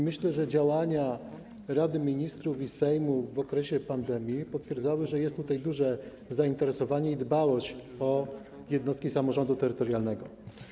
Myślę, że działania Rady Ministrów i Sejmu w okresie pandemii potwierdzały, że jest tutaj duże zainteresowanie i dbałość o jednostki samorządu terytorialnego.